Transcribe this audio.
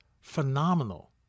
phenomenal